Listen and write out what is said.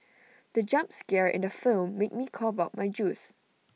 the jump scare in the film made me cough out my juice